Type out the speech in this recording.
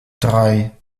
drei